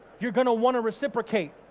you're gonna want to reciprocate,